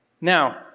Now